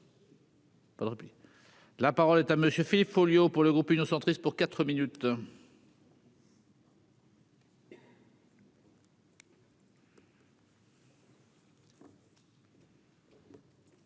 la parole est à monsieur Philippe Folliot pour le groupe Union centriste pour 4 minutes.